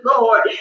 Lord